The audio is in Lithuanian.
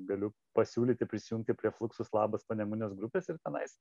galiu pasiūlyti prisijungti prie fluksus labas panemunės grupės ir tenais